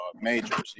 majors